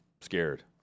scared